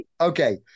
okay